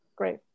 Great